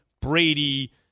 Brady